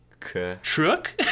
truck